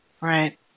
Right